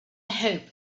hope